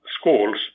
schools